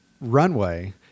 runway